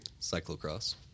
Cyclocross